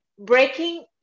breaking